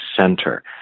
center